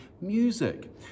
music